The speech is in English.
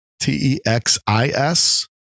T-E-X-I-S